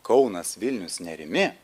kaunas vilnius nerimi